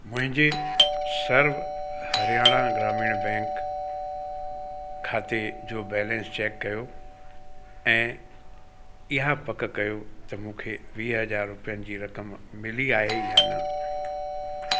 मुंहिंजे सर्व हरयाणा ग्रामीण बैंक खाते जो बैलेंस चेक कयो ऐं इहा पक कयो त मूंखे वीह हज़ारु रुपयनि जी रक़म मिली आहे या न